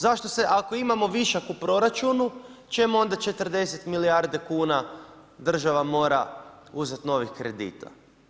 Zašto se, ako imamo višak u proračunu čemu onda 40 milijarde kuna država mora uzet novih kredita?